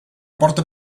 porta